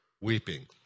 weeping